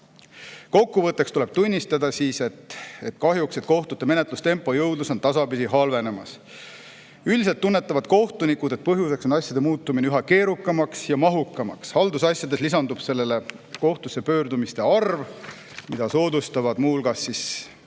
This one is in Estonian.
Kokkuvõtteks tuleb tunnistada, et kahjuks kohtute menetlustempo ja jõudlus on tasapisi halvenemas. Üldiselt tunnetavad kohtunikud, et põhjuseks on asjade muutumine üha keerukamaks ja mahukamaks. Haldusasjades lisandub sellele kohtusse pöördumiste kasvav arv, mida soodustavad muu hulgas